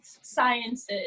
sciences